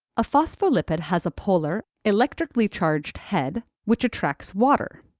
a phospholipid has a polar, electrically-charged head, which attracts water,